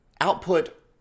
output